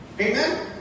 Amen